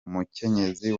umukenyezi